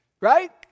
right